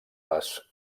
les